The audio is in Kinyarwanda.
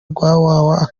rwabo